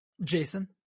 Jason